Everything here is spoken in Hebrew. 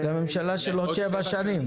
לממשלה של עוד שבע שנים.